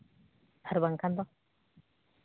ᱟᱨ ᱵᱟᱝᱠᱷᱟᱱ ᱫᱚ